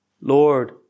Lord